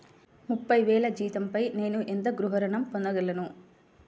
ముప్పై వేల జీతంపై నేను ఎంత గృహ ఋణం పొందగలను?